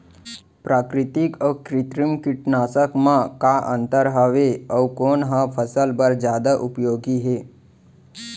प्राकृतिक अऊ कृत्रिम कीटनाशक मा का अन्तर हावे अऊ कोन ह फसल बर जादा उपयोगी हे?